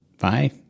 Bye